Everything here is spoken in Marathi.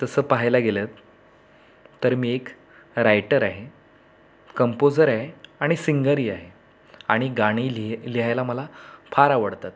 तसं पहायला गेलं तर मी एक रायटर आहे कंपोजर आहे आणि सिंगरही आहे आणि गाणी लिह लिहायला मला फार आवडतात